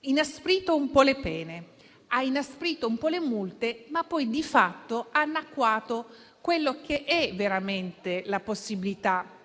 inasprito un po' le pene, ha inasprito un po' le multe, ma poi di fatto ha annacquato la possibilità